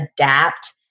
adapt